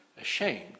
ashamed